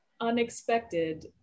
Unexpected